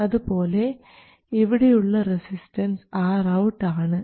അതുപോലെ ഇവിടെയുള്ള resistance Rout ആണ്